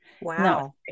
Wow